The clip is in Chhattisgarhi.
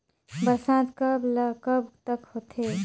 बरसात कब ल कब तक होथे?